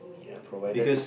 ya provided